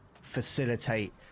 facilitate